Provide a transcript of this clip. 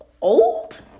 old